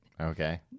Okay